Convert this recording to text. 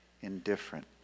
Indifferent